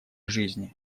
жизни